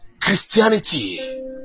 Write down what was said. Christianity